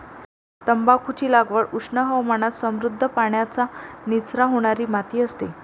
तंबाखूची लागवड उष्ण हवामानात समृद्ध, पाण्याचा निचरा होणारी माती असते